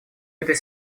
этой